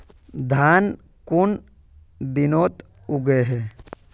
धान कुन दिनोत उगैहे